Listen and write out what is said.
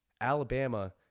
Alabama